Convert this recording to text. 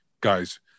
guys